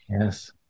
Yes